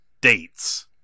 dates